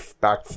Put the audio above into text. back